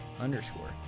underscore